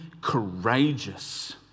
courageous